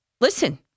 Listen